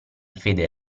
fede